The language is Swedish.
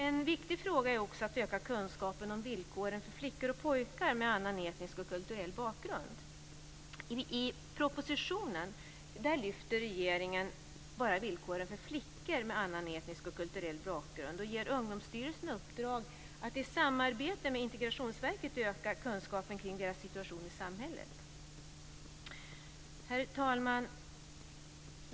En viktig fråga är också att öka kunskapen om villkoren för flickor och pojkar med annan etnisk och kulturell bakgrund. I propositionen lyfter regeringen bara fram villkoren för flickor med annan etnisk och kulturell bakgrund och ger Ungdomsstyrelsen i uppdrag att i samarbete med Integrationsverket öka kunskapen kring deras situation i samhället. Herr talman!